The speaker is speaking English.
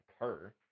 occur